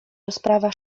rozprawa